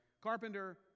Carpenter